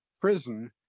prison